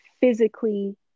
physically